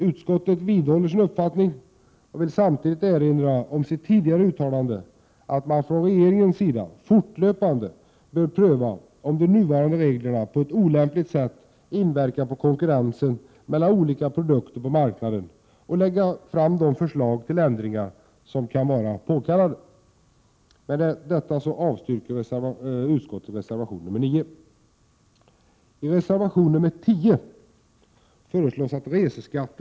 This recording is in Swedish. Utskottet vidhåller sin uppfattning och vill samtidigt erinra om sitt tidigare uttalande att man från regeringens sida fortlöpande bör pröva om de nuvarande reglerna på ett olämpligt sätt inverkar på konkurrensen mellan olika produkter på marknaden och lägga fram de förslag till ändringar som kan vara påkallade.